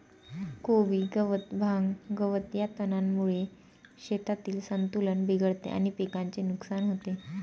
कोबी गवत, भांग, गवत या तणांमुळे शेतातील संतुलन बिघडते आणि पिकाचे नुकसान होते